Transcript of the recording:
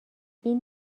این